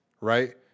right